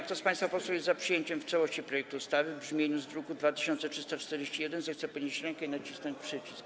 Kto z państwa posłów jest za przyjęciem w całości projektu ustawy w brzmieniu z druku nr 2341, zechce podnieść rękę i nacisnąć przycisk.